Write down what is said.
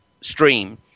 stream